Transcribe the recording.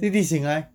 弟弟醒来